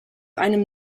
einem